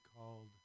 called